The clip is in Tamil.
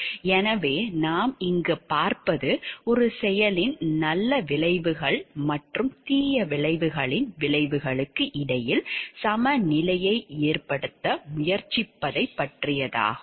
எனவே நாம் இங்கு பார்ப்பது ஒரு செயலின் நல்ல விளைவுகள் மற்றும் தீய விளைவுகளின் விளைவுகளுக்கு இடையில் சமநிலையை ஏற்படுத்த முயற்சிப்பதைப் பற்றியதாகும்